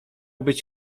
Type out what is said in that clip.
być